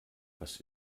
was